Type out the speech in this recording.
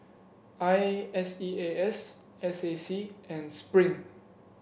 I S E A S S A C and Spring